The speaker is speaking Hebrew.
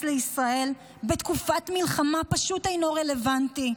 לישראל בתקופת מלחמה פשוט אינו רלוונטי.